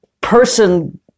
person-